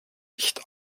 nicht